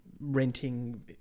renting